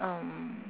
um